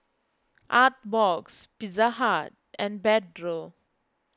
Artbox Pizza Hut and Pedro